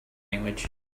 language